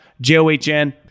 j-o-h-n